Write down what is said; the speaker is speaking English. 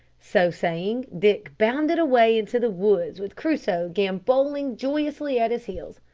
so saying dick bounded away into the woods with crusoe gambolling joyously at his heels.